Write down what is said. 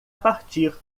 partir